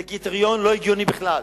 זה קריטריון לא הגיוני בכלל.